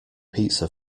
pizza